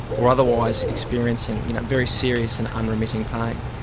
or otherwise experiencing you know very serious and unremitting pain.